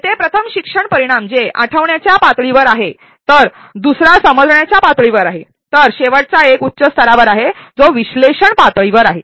येथे प्रथम शिक्षण परिणाम जे आठवण्याच्या पातळीवर आहेत तर दुसरा एक समजण्याच्या पातळीवर आहे तर शेवटचा एक उच्च स्तरावर आहे जो विश्लेषण पातळीवर आहे